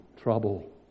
trouble